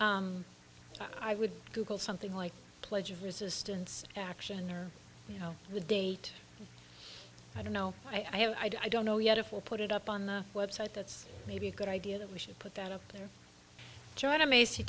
that i would google something like pledge of resistance action or you know the date i don't know i have i don't know yet if we'll put it up on the website that's maybe a good idea that we should put that up there join amaze he